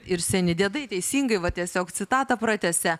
ir seni diedai teisingai va tiesiog citatą pratęsia